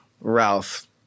Ralph